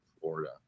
Florida